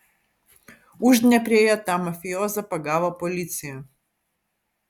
uždnieprėje tą mafijozą pagavo policija